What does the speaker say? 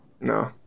No